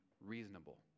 reasonable